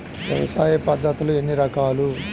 వ్యవసాయ పద్ధతులు ఎన్ని రకాలు?